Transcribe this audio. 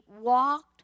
walked